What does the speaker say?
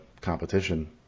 competition